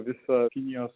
visą kinijos